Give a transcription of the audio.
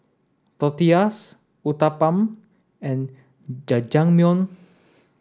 Tortillas Uthapam and Jajangmyeon